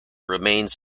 remains